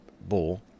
bull